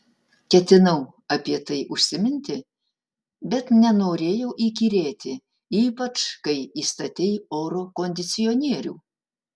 ketinau apie tai užsiminti bet nenorėjau įkyrėti ypač kai įstatei oro kondicionierių